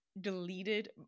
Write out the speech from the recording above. deleted